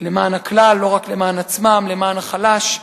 למען הכלל, לא רק למען עצמם, למען החלש,